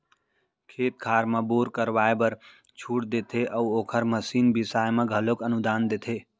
खेत खार म बोर करवाए बर छूट देते अउ ओखर मसीन बिसाए म घलोक अनुदान देथे